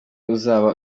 uzaba